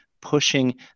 pushing